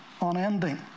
unending